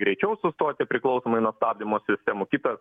greičiau sustoti priklausomai nuo stabdymo sistemų kitos